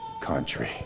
country